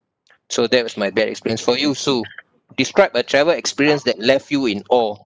so that was my bad experience for you sue describe a travel experience that left you in awe